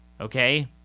Okay